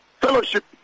fellowship